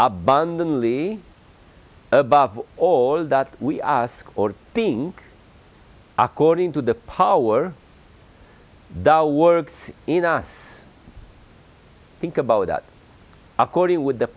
only above all that we ask or think according to the power da works in us think about that according with the